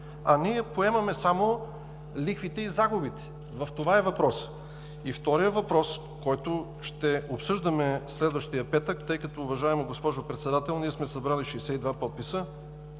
а ние поемаме само лихвите и загубите? Това е въпросът. Вторият въпрос, който ще обсъждаме следващия петък, тъй като, уважаема госпожо Председател, ние сме събрали 62 подписа